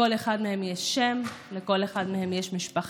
לכל אחד מהם יש שם, לכל אחד מהם יש משפחה,